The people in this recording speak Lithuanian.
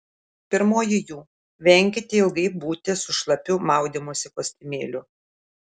pirmoji jų venkite ilgai būti su šlapiu maudymosi kostiumėliu